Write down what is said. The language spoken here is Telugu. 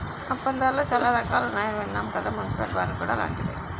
ఒప్పందాలలో చాలా రకాలున్నాయని విన్నాం కదా మున్సిపల్ బాండ్ కూడా అలాంటిదే